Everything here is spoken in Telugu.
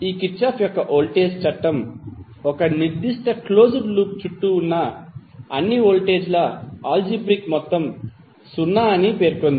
ఈ కిర్చాఫ్ యొక్క వోల్టేజ్ చట్టం ఒక నిర్దిష్ట క్లోజ్డ్ లూప్ చుట్టూ ఉన్న అన్ని వోల్టేజ్ ల ఆల్జీబ్రిక్ మొత్తం 0 అని పేర్కొంది